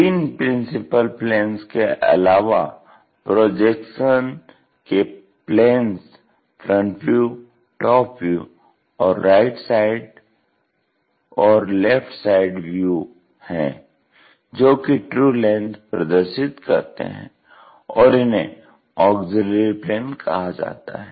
तीन principal planes के अलावा प्रोजेक्शन के planes front view top view और राइट साइड और लेफ्ट साइड व्यू हैं जो कि ट्रू लेंथ प्रदर्शित करते हैं और इन्हे ऑग्ज़िल्यरी प्लेन कहा जाता है